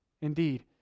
Indeed